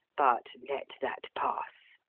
but let that pass.